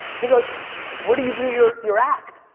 he goes where do you do your your act?